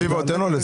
רביבו, תן לו לסיים.